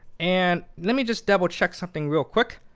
and let me just double check something real quick.